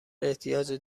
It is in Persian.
احتیاج